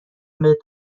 بهت